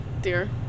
dear